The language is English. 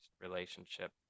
relationship